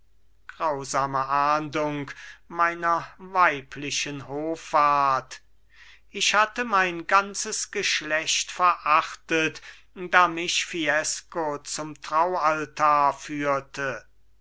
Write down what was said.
grausame ahndung meiner weiblichen hoffart ich hatte mein ganzes geschlecht verachtet da mich fiesco zum brautaltar führte